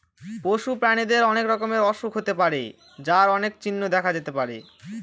পশু প্রাণীদের অনেক রকমের অসুখ হতে পারে যার অনেক চিহ্ন দেখা যেতে পারে